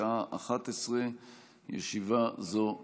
בשעה 11:00. ישיבה זו נעולה.